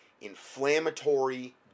inflammatory